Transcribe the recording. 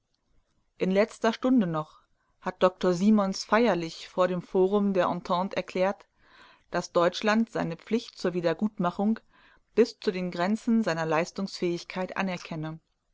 in letzter stunde noch hat dr simons feierlich vor dem forum der entente erklärt daß deutschland seine pflicht zur wiedergutmachung bis zu den grenzen seiner leistungsfähigkeit anerkenne